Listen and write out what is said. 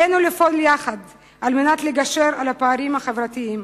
עלינו לפעול יחד כדי לגשר על הפערים החברתיים,